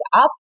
up